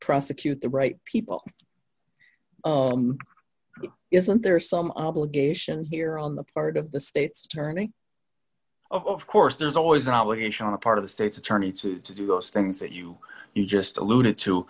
prosecute the right people isn't there some obligation here on the part of the state's attorney of course there's always an obligation on the part of the state's attorney to do those things that you you just alluded to